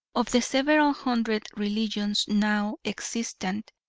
of the several hundred religions now extant,